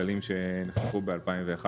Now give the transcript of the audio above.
כללים שהונחו ב-2011,